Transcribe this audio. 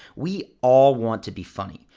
we all want to be funny.